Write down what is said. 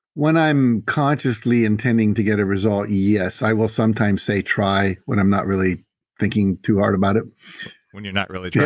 when i'm consciously intending to get a result, yes, i will sometimes say try when i'm not really thinking too hard about it when you're not really